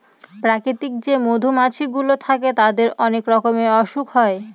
প্রাকৃতিক যে মধুমাছি গুলো থাকে তাদের অনেক রকমের অসুখ হয়